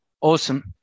Awesome